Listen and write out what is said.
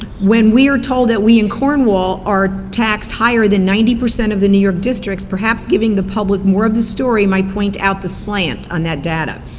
when we are told that we in cornwall are taxed higher than ninety percent of the new york districts, perhaps giving the public more of the story might point out the slant on that data.